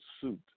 suit